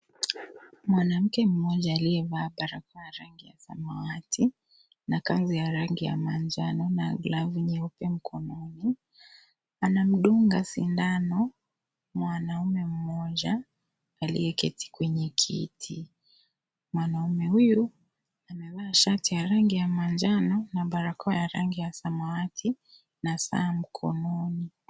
Mwanamke mmoja aliyevaa barakoa ya rangi ya samawati na kanzu ya rangi ya mwanjano na glavu nyeupa mkononi. Anamdunga sindano mwanamume mmoja aliyeketi kwenye kiti. Mwanaume huyu amevaa shati ya rangi ya manjano na barakoa ya rangi ya samawati na saa mkononi.